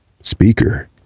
speaker